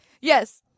Yes